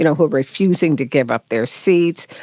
you know who were refusing to give up their seats.